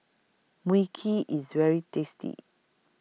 Mui Kee IS very tasty